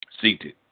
seated